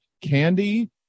candy